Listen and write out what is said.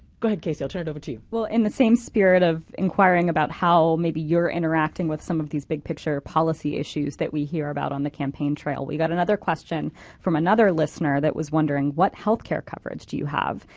go ahead, casey, i'll turn it over to you. well, in the same spirit spirit of inquiring about how maybe you're interacting with some of these big picture policy issues that we hear about on the campaign trail, we got another question from another listener that was wondering what health care coverage do you have?